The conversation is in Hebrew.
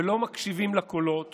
ולא מקשיבים לקולות